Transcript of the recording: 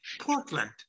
Portland